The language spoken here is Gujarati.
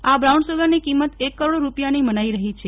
આ બ્રાઉન સુગરની કિંમત એક કરોડ રૂપિયાની મનાઈ રહી છે